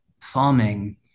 farming